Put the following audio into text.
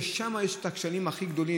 שם יש את הקשיים הכי גדולים,